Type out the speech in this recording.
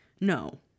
No